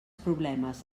problemes